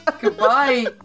goodbye